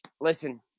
listen